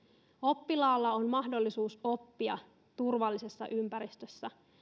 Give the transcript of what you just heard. oppilaalla on mahdollisuus oppia turvallisessa ympäristössä ja